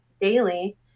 daily